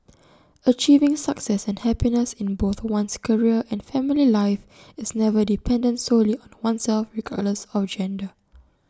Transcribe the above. achieving success and happiness in both one's career and family life is never dependent solely on oneself regardless of gender